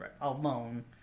alone